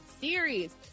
series